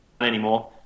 anymore